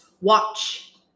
watch